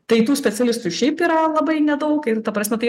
tai tų specialistų šiaip yra labai nedaug ir ta prasme tai